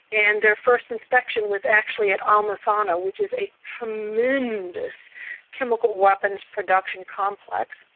and their first inspection was actually at al muthanna which is a tremendous chemical weapons production complex.